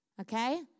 okay